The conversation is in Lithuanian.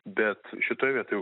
bet šitoj vietoj